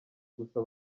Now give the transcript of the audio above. gusa